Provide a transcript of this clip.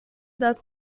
das